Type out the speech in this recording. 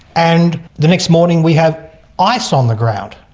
and the next morning we have ice on the ground.